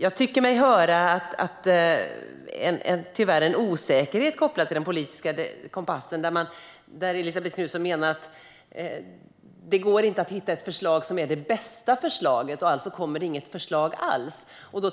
Jag tycker mig tyvärr höra en osäkerhet kopplad till den politiska kompassen, där Elisabet Knutsson menar att det inte går att hitta ett förslag som är det bästa förslaget och att det därför inte kommer något förslag alls. Denna